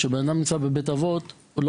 כשאדם נמצא בבית אבות כתובתו לא